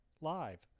live